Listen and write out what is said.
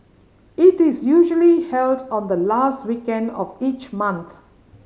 it is usually held on the last weekend of each month